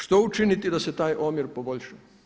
Što učiniti da se taj omjer poboljša?